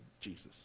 jesus